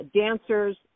dancers